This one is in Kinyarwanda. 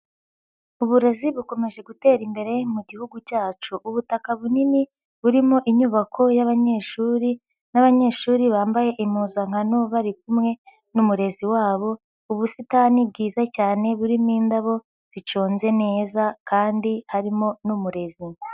Uburezi bukomeje gutera imbere mu mu gihugu cyacu. Ubutaka bunini burimo inyubako y'abanyeshuri n'abanyeshuri bambaye impuzankano bari kumwe n'umurezi wabo, ubusitani bwiza cyane burimo indabo ziconze neza kandi harimo n'umurezi.